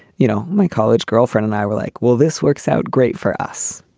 you know, my college girlfriend and i were like, well, this works out great for us,